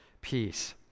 peace